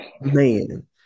man